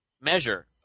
measure